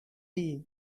tea